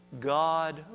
God